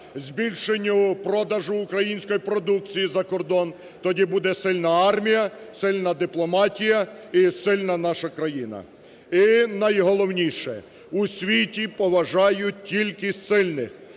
збільшенні продажу української продукції за кордон, тоді буде сильна армія, сильна дипломатія і сильна наша країна. І, найголовніше, у світі поважають тільки сильних,